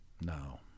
No